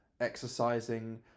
exercising